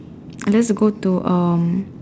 unless I go to um